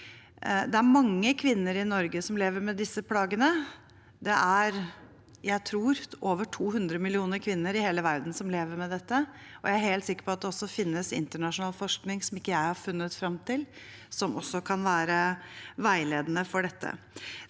Det er mange kvinner i Norge som lever med disse plagene. Jeg tror det er over 200 millioner kvinner i hele verden som lever med det. Jeg er helt sikker på at det finnes internasjonal forskning som ikke jeg har funnet frem til, som også kan være veiledende for dette.